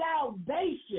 salvation